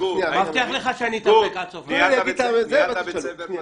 גור, ניהלת בית ספר פעם?